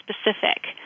specific